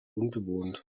unbewohnt